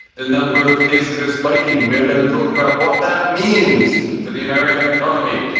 the number of cases is spiking. we're going to talk about what that means for the american economy.